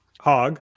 Hog